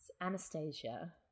Anastasia